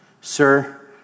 Sir